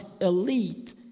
elite